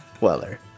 Weller